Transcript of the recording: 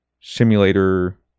simulator